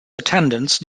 attendance